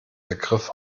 begriff